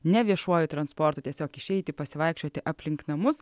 ne viešuoju transportu tiesiog išeiti pasivaikščioti aplink namus